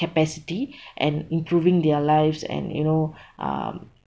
capacity and improving their lives and you know um